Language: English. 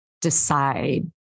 decide